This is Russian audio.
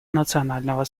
национального